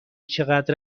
چقدر